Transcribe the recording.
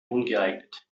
ungeeignet